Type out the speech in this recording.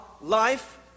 life